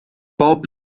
bob